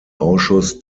ausschuss